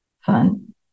Fun